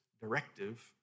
directive